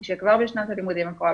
זה שכבר בשנת הלימודים הקרובה,